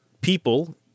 people